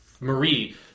Marie